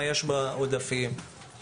נראה מה יש בעודפים וכו'